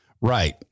right